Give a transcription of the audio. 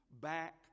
back